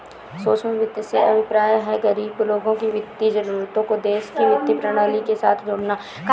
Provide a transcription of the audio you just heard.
सूक्ष्म वित्त से अभिप्राय है, गरीब लोगों की वित्तीय जरूरतों को देश की वित्तीय प्रणाली के साथ जोड़ना